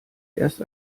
erst